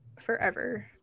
forever